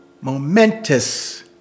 momentous